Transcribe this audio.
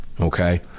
okay